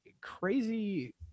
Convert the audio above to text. crazy